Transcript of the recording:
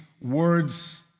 words